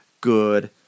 good